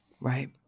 Right